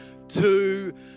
Two